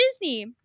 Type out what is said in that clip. Disney